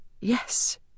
yes